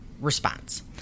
response